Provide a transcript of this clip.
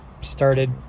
Started